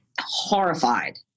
horrified